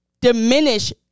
diminish